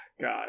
God